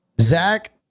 Zach